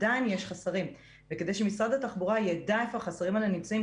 עדיין יש חוסרים וכדי שמשרד התחבורה יידע איפה החוסרים האלה נמצאים,